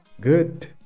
good